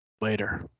Later